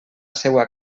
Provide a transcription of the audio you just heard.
seua